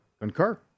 Concur